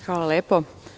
Hvala lepo.